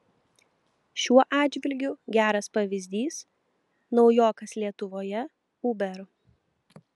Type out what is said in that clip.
šiuo atžvilgiu geras pavyzdys naujokas lietuvoje uber